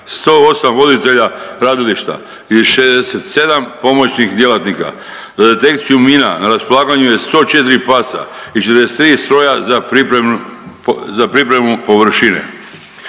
108 voditelja radilišta i 67 pomoćnih djelatnika. Za detekciju mina, na raspolaganju je 104 psa i 43 stroja za pripremu površine.